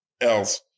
else